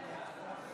כן.